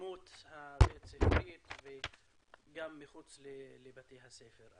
האלימות הבית ספרית, וגם מחוץ לבתי הספר.